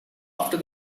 after